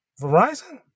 verizon